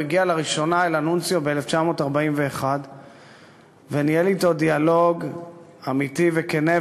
הוא הגיע לראשונה אל הנונציו ב-1941 וניהל אתו דיאלוג אמיתי וכן,